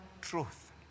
truth